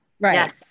right